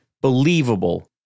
believable